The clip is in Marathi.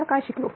आपण काय शिकलो